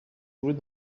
jouées